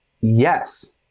Yes